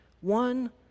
one